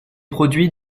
produit